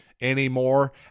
anymore